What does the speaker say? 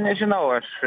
nežinau aš